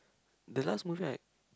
the last movie I